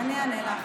אני אענה לך.